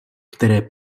které